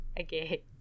okay